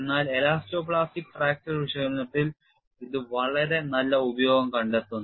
എന്നാൽ elasto plastic fracture വിശകലനത്തിൽ ഇത് വളരെ നല്ല ഉപയോഗം കണ്ടെത്തുന്നു